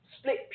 split